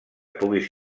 puguis